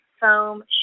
foam